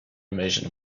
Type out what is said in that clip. invasion